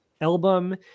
album